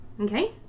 Okay